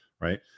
right